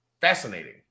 fascinating